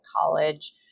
college